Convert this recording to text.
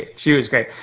she was great.